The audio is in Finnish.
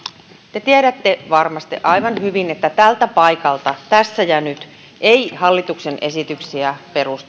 te tiedätte varmasti aivan hyvin että tältä paikalta tässä ja nyt ei hallituksen esityksiä